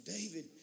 David